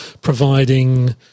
providing